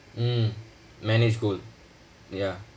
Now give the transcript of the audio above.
mm manage gold ya